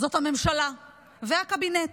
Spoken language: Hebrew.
זאת הממשלה והקבינט,